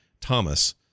Thomas